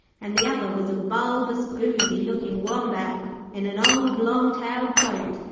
and the other was a bulbous, boozy-looking wombat in an old long-tailed coat,